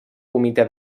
comitè